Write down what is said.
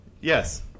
Yes